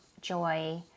joy